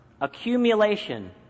accumulation